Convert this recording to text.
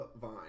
Vine